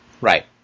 Right